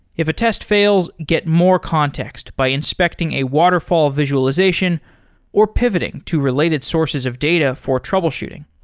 if a test fails, get more context by inspecting a waterfall visualization or pivoting to related sources of data for troubleshooting.